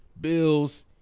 bills